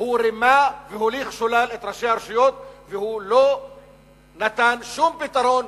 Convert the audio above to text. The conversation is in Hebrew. הוא רימה והוליך שולל את ראשי הרשויות והוא לא נתן שום פתרון